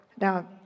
Now